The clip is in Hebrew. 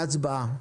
והצבעה,